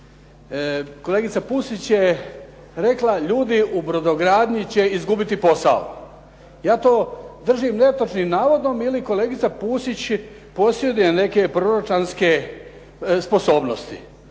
Kolegica Pusić je rekla, ljudi u brodogradnji će izgubiti posao, ja to držim netočnim navodom, ili kolegica Pusić posjeduje neke proročanske sposobnosti.